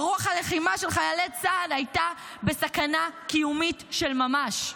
ורוח הלחימה של חיילי צה"ל הייתה בסכנה קיומית של ממש.